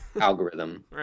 algorithm